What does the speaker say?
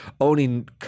owning